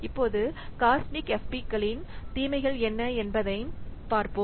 இப்போது cosmic FP களின் தீமைகள் என்ன என்பதை பற்றி விரைவாகக் கூறுவோம்